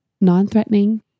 non-threatening